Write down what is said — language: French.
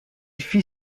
fit